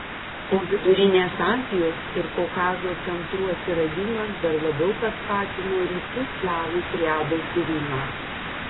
o vidurinės azijos ir kaukazo centrų atsiradimas dar labiau paskatino rytų slavų triados irimą